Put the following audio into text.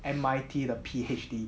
M_I_T 的 P_H_D